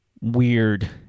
weird